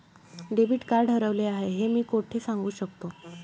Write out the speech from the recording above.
Debit card हरवले आहे हे मी कोठे सांगू शकतो?